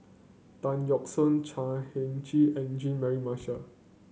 Tan Yeok Seong Chan Heng Chee and Jean Mary Marshall